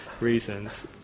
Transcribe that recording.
reasons